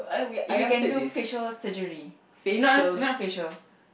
if you can do facial surgery not not facial